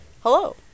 Hello